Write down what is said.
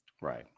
right